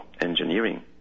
engineering